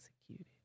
executed